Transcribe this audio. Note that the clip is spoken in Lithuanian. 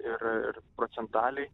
ir ir procentaliai